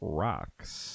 rocks